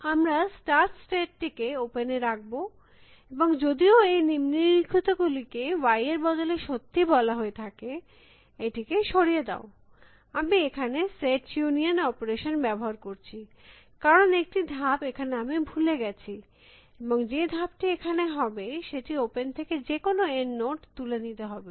সুতরাং আমরা start state টিকে ওপেন এ রাখব এবং যদিও এই নিম্নলিখিত গুলিকে y এর বদলে সত্যি বলা হয়ে থাকে এটিকে সরিয়ে দাও আমি এখানে সেট ইউনিয়ন অপারেশন ব্যবহার করছি কারণ একটি ধাপ এখানে আমি ভুলে গেছি এবং যে ধাপটি এখানে হবে সেটি ওপেন থেকে যে কোনো N নোড তুলে নিতে হবে